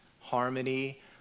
harmony